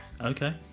Okay